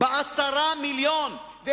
ב-10 מיליוני ש"ח?